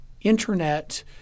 internet